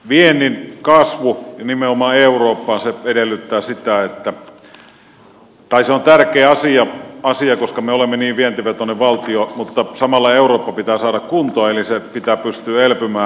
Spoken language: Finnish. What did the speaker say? viennin kasvu ja nimenomaan eurooppaan on tärkeä asia koska me olemme niin vientivetoinen valtio mutta samalla eurooppa pitää saada kuntoon eli sen pitää pystyä elpymään